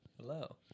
Hello